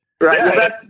Right